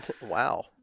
Wow